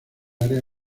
área